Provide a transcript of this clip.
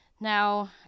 Now